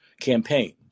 campaign